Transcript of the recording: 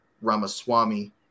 Ramaswamy